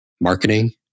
marketing